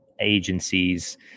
agencies